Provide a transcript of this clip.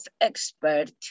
expert